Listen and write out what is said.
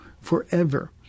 forever